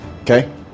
Okay